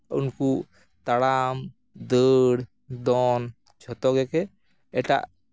ᱩᱱᱠᱩ ᱛᱟᱲᱟᱢ ᱫᱟᱹᱲ ᱫᱚᱱ ᱡᱷᱚᱛᱚ ᱠᱚᱜᱮ ᱮᱴᱟᱜ